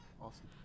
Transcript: Awesome